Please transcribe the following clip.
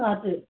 हजुर